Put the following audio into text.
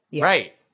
Right